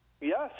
Yes